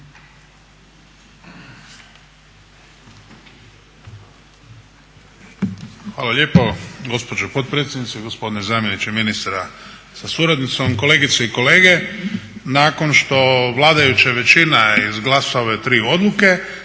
Hvala lijepo gospođo potpredsjednice, gospodine zamjeniče ministra sa suradnicom, kolegice i kolege. Nakon što vladajuća većina izglasa ove tri odluke